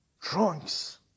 Trunks